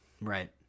Right